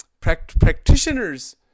practitioners